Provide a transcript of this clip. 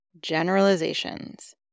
generalizations